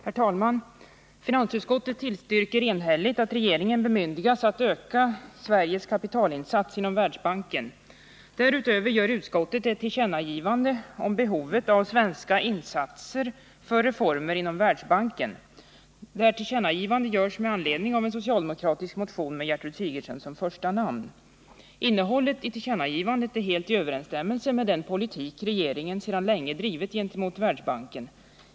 Herr talman! Finansutskottet tillstyrker enhälligt att regeringen bemyndigas att öka Sveriges kapitalinsats inom Världsbanken. Därutöver gör utskottet ett tillkännagivande om behovet av svenska insatser för reformer inom Världsbanken. Tillkännagivandet görs med anledning av en socialdemokratisk motion som har Gertrud Sigurdsen som första namn. Innehållet i tillkännagivandet är helt i överensstämmelse med den politik regeringen sedan länge drivit gentemot Världsbanken.